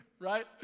Right